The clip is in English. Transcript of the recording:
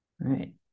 right